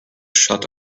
shut